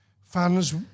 fans